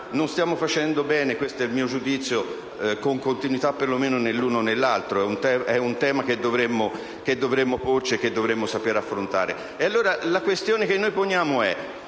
non stiamo facendo bene - questo è il mio giudizio - con continuità né l'uno e né l'altro. È un tema che dovremmo porci e saper affrontare.